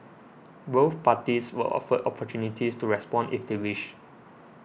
both parties were offered opportunities to respond if they wished